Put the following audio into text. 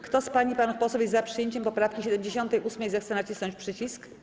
Kto z pań i panów posłów jest za przyjęciem poprawki 78., zechce nacisnąć przycisk.